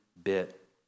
bit